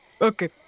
Okay